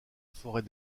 forêt